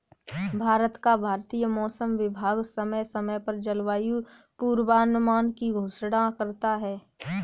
भारत का भारतीय मौसम विभाग समय समय पर जलवायु पूर्वानुमान की घोषणा करता है